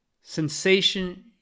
sensation